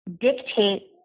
dictate